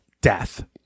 death